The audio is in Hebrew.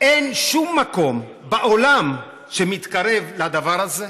אין שום מקום בעולם שמתקרב לדבר הזה.